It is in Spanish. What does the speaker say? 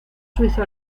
suizo